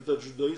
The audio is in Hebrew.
היית ג'ודאיסט.